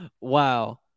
Wow